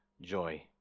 joy